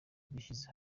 dushyize